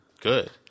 good